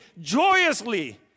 joyously